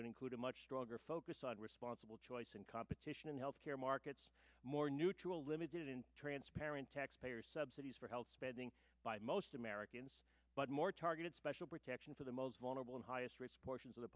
would include a much stronger focus on responsible choice and competition in healthcare markets more neutral limited and transparent taxpayer subsidies for health spending by most americans but more targeted special protection for the most vulnerable in highest risk portions of the